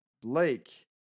Blake